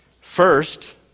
First